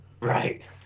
Right